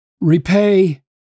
Repay